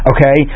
Okay